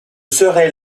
serait